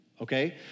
Okay